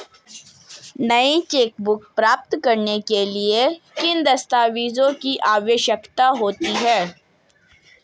नई चेकबुक प्राप्त करने के लिए किन दस्तावेज़ों की आवश्यकता होती है?